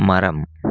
மரம்